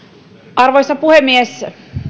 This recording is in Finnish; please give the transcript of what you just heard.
arvoisa puhemies